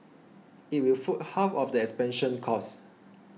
it will foot half of the expansion costs